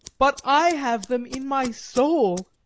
but i have them in my soul!